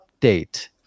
update